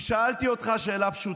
כי שאלתי אותך שאלה פשוטה,